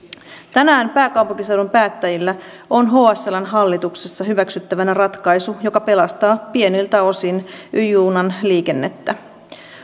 tänään pääkaupunkiseudun päättäjillä on hsln hallituksessa hyväksyttävänä ratkaisu joka pelastaa pieniltä osin y junan liikennettä